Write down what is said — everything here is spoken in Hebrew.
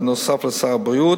בנוסף לשר הבריאות,